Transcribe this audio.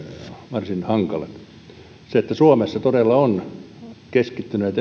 varsin hankalat suomessa todella on keskittyneet